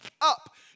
up